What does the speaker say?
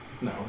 No